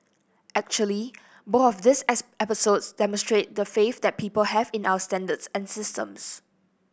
actually both of these episodes demonstrate the faith that people have in our standards and systems